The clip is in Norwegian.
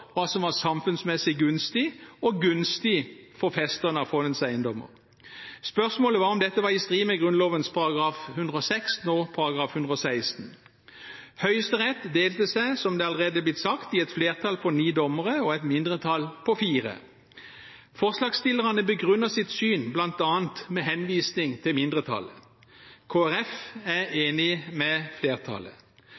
hva som var samfunnsmessig gunstig og gunstig for festerne av fondets eiendommer. Spørsmålet var om dette var i strid med Grunnloven § 106, nå § 116. Høyesterett delte seg, som det allerede har blitt sagt, i et flertall på ni dommere og et mindretall på fire. Forslagsstillerne begrunner sitt syn bl.a. med henvisning til mindretallet. Kristelig Folkeparti er